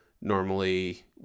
normally